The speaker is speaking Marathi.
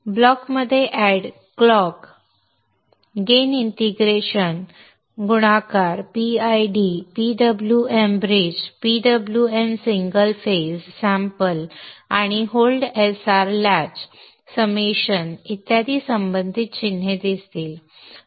ब्लॉकमध्ये अॅड क्लॉक गेन इंटिग्रेशन गुणाकार PID PWM bridge PWM single phase sample आणि होल्ड SR लॅच समेशन्स इत्यादीशी संबंधित अनेक चिन्हे असतात